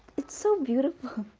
it's so beautiful.